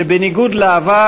שבניגוד לעבר,